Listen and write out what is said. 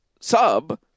sub